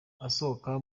asohoka